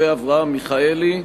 ואברהם מיכאלי,